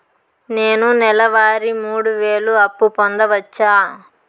నేను నెల వారి మూడు వేలు అప్పు పొందవచ్చా?